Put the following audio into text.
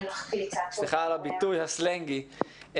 סליחה על הביטוי הסלנגי,